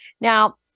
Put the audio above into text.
Now